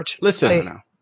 listen